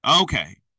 Okay